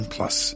Plus